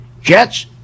Jets